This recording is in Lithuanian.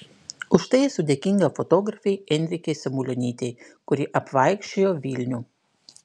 už tai esu dėkinga fotografei enrikai samulionytei kuri apvaikščiojo vilnių